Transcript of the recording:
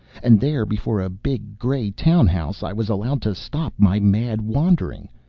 and there, before a big gray town-house, i was allowed to stop my mad wandering.